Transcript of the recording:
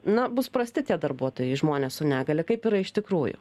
na bus prasti tie darbuotojai žmonės su negalia kaip yra iš tikrųjų